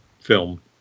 Film